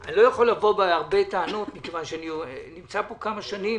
אני לא יכול לבוא בטענות רבות מכיוון שאני נמצא כאן כמה שנים